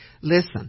Listen